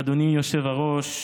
אדוני היושב-ראש,